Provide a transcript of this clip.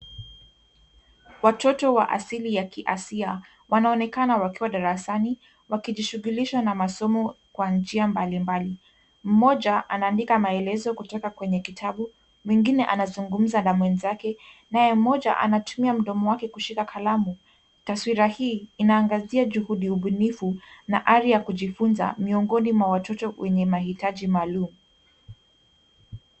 Watoto wenye asili ya kiasia wanaonekana wakiwa darasani wakisjishughulisha na masomo kwa njia mbalimbali. Mmoja anaandika maelezo kutoka kwenye kitabu, mwengine anazungumza na mwenzake naye mmoja anatumia mdomo wake kushika kalamu. Taswira hii inaangazia juhudu ubunifu na ari ya kujifunza mwa watoto wenye mahitaji maalum.